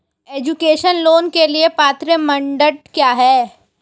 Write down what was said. Education loan के लिए पात्रता मानदंड क्या है?